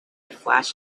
flash